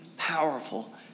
powerful